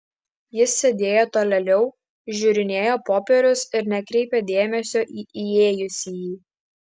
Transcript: jis sėdėjo tolėliau žiūrinėjo popierius ir nekreipė dėmesio į įėjusįjį